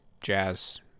jazz